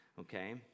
okay